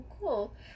cool